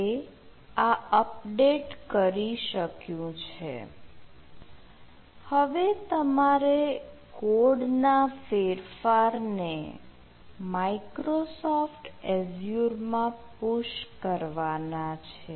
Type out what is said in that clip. તે આ અપડેટ કરી શક્યું છે હવે તમારે કોડના ફેરફારને microsoft azure માં પુશ કરવાના છે